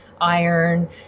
iron